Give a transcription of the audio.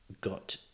got